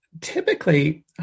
Typically